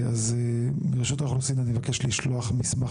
מרשות האוכלוסין אני מבקש לשלוח מסמך